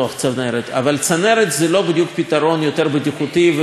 אבל צנרת זה לא בדיוק פתרון יותר בטיחותי ויותר סביבתי.